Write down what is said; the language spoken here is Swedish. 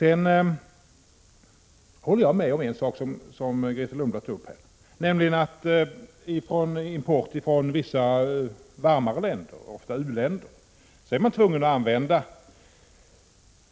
Jag håller med om en sak som Grethe Lundblad tog upp här, nämligen att man vid import från vissa varmare länder, ofta u-länder, är tvungen att använda